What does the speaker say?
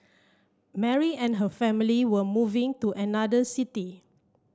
Mary and her family were moving to another city